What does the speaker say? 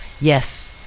yes